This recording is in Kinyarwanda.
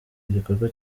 igikorwa